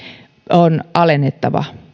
on alennettava